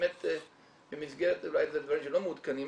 אולי אלה דברים שלא מעודכנים,